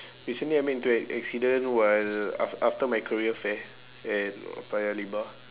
recently I met into an accident while af~ after my career fair at paya lebar